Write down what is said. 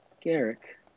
Garrick